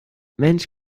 mensch